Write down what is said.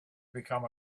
become